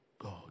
God